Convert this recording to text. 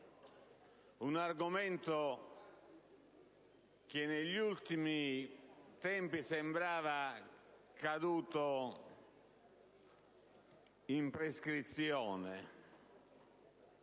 un argomento che negli ultimi tempi sembrava caduto in prescrizione,